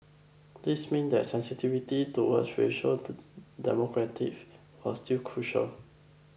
this meant that sensitivity toward racial was still crucial